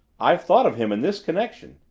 i've thought of him in this connection.